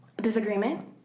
Disagreement